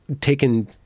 taken